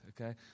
okay